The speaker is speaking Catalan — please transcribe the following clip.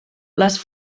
les